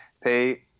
pay